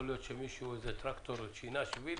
יכול להיות שמישהו, איזה טרקטור שינה שביל?